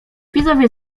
widzowie